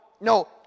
No